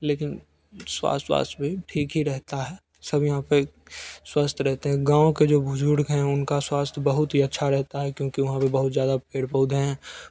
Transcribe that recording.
लेकिन स्वास्थ्य वास्थ भी ठीक ही रहता है सब यहाँ पे स्वस्थ रहते हैं गाँव के जो बुज़ुर्ग हैं उनका स्वास्थ्य बहुत ही अच्छा रहता है क्योंकि वहाँ पे बहुत ज़्यादा पेड़ पौधे हैं